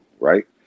Right